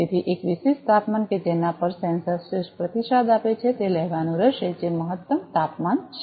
તેથી એક વિશિષ્ટ તાપમાન કે જેના પર સેન્સર શ્રેષ્ઠ પ્રતિસાદ આપે છે તે લેવાનું રહેશે જે મહત્તમ તાપમાન છે